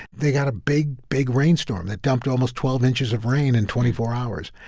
they got a big, big rainstorm that dumped almost twelve inches of rain in twenty four hours.